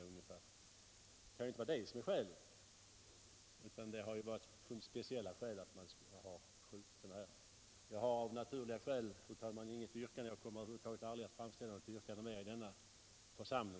'Det kan alltså inte vara arbetsmängden som är skälet, utan det har funnits speciella skäl till att man vill skjuta upp behandlingen av den här motionen. Jag har, fru talman, av naturliga skäl inget yrkande. Jag kommer över huvud taget aldrig mer att framställa något yrkande i det här ärendet i denna församling.